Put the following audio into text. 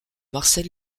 marcel